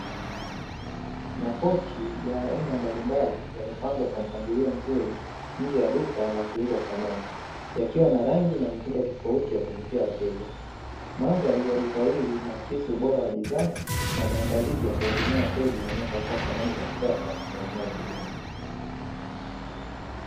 Makochi ya aina mbalimbali yamepangwa kwa mpangilio mzuri nje ya duka la kuuza samani, yakiwa na rangi na mitindo tofauti ya kuvutia wateja. Mandhari ya duka hili lina akisi ubora wa bidhaa na maandalizi ya kuhudumia wateja wanaotafuta samani za kisasa na zinazo dumu.